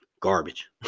garbage